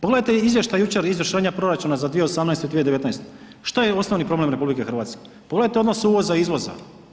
Pogledajte izvještaj jučer izvršenja proračuna za 2018. i 2019., šta je osnovni problem RH, pogledajte odnos uvoza, izvoza.